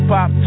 Pop